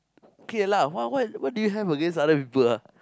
K lah what what what do you have against other people ah